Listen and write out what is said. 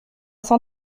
cent